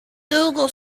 google